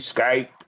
Skype